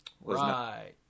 Right